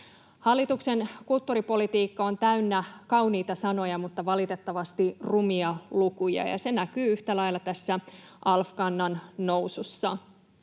Hallituksen kulttuuripolitiikka on täynnä kauniita sanoja mutta valitettavasti rumia lukuja, ja se näkyy yhtä lailla tässä alv-kannan nousussa.